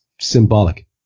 symbolic